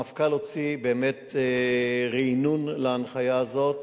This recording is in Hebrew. המפכ"ל הוציא באמת רענון להנחיה הזאת.